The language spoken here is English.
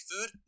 food